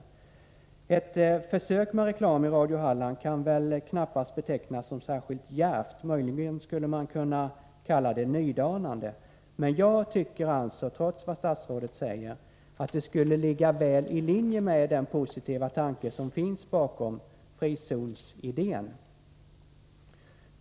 Ett försök med reklam i Radio Halland kan väl knappast betecknas som särskilt djärvt — möjligen skulle man kunna kalla det nydanande. Men jag tycker alltså — trots vad statsrådet säger — att det skulle ligga väl i linje med den positiva tanke som finns bakom frizonsidén.